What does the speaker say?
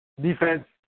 defense